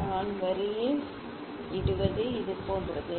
நான் வரியில் இடுவது இது போன்றது